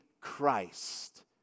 Christ